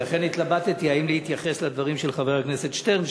לכן התלבטתי אם להתייחס לדברים של חבר הכנסת שטרן,